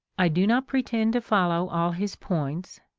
i do not pretend to follow all his points,